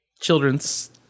children's